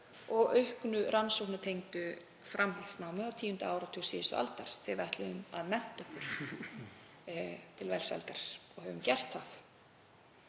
og auknu rannsóknartengdu framhaldsnámi á tíunda áratug síðustu aldar þegar við ætluðum að mennta okkur til velsældar. Við höfum gert það,